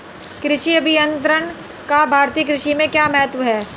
कृषि अभियंत्रण का भारतीय कृषि में क्या महत्व है?